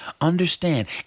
Understand